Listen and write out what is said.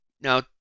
Now